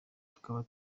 tukaba